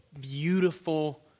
beautiful